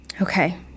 Okay